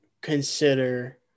consider –